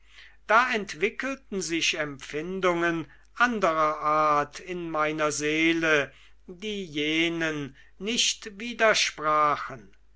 da entwickelten sich empfindungen anderer art in meiner seele die jenen nicht widersprachen